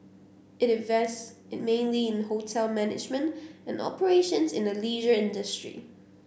it invests mainly in hotel management and operations in the leisure industry